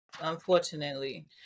Unfortunately